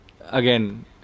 again